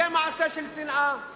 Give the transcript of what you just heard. יהיה מעשה של שנאה,